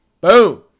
Boom